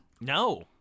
No